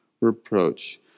reproach